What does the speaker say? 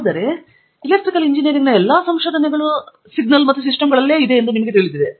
ಆದರೆ ಎಲೆಕ್ಟ್ರಿಕಲ್ ಇಂಜಿನಿಯರಿಂಗ್ನಲ್ಲಿನ ಎಲ್ಲಾ ಸಂಶೋಧನೆಗಳು ಸಿಗ್ನಲ್ಗಳು ಮತ್ತು ಸಿಸ್ಟಮ್ಗಳಲ್ಲಿವೆ ಎಂಬುದು ನಿಮಗೆ ತಿಳಿದಿದೆ